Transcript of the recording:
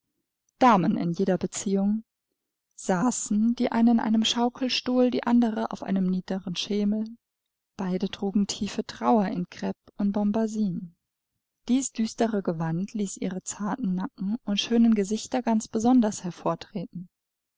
damen in jeder beziehung saßen die eine in einem schaukelstuhl die andere auf einem niederen schemel beide trugen tiefe trauer in crepp und bombasin dies düstere gewand ließ ihre zarten nacken und schönen gesichter ganz besonders